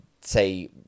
say